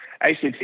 ACT